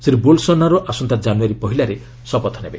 Shri Bolsonaro ଆସନ୍ତା ଜାନୁୟାରୀ ପହିଲାରେ ଶପଥ ନେବେ